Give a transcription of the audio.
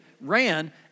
ran